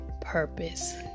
Purpose